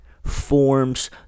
forms